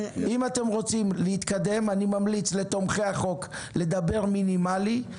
אם אתם רוצים להתקדם אני ממליץ לתומכי החוק לדבר מינימלי,